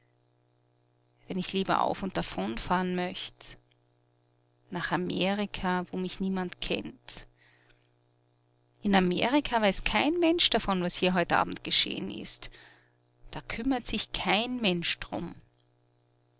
wenn ich lieber auf und davon fahren möcht nach amerika wo mich niemand kennt in amerika weiß kein mensch davon was hier heut abend gescheh'n ist da kümmert sich kein mensch d'rum